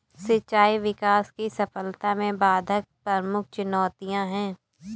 सिंचाई विकास की सफलता में बाधक प्रमुख चुनौतियाँ है